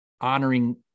honoring